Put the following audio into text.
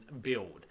build